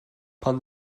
pan